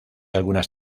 algunas